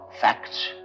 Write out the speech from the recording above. facts